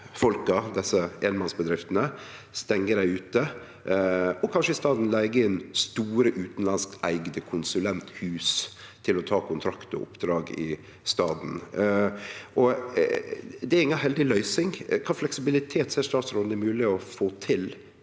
einmannsbedriftene og stengjer dei ute, og kanskje i staden leiger inn store utanlandskeigde konsulenthus til å ta kontraktar og oppdrag i staden. Det er inga heldig løysing. Kva fleksibilitet ser statsråden det er mogleg å få til